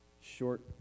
short